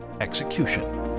execution